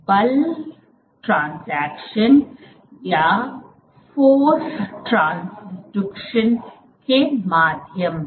बल ट्रांजेशन के माध्यम से